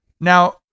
now